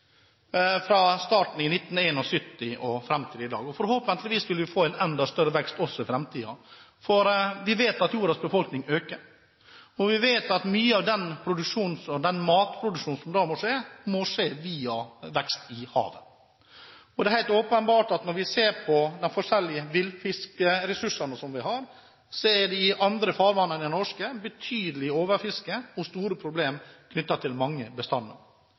fra starten i 1971 og fram til i dag, og forhåpentligvis vil vi få en enda større vekst i framtiden, for vi vet at jordas befolkning øker, og vi vet at mye av den matproduksjonen som da må skje, må skje via vekst i havet. Når vi ser på de forskjellige villfiskressursene som vi har, er det helt åpenbart at i andre farvann enn de norske er det betydelig overfiske og store problem knyttet til mange bestander.